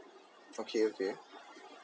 okay okay